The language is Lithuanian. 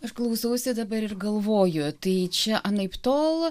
aš klausausi dabar ir galvoju tai čia anaiptol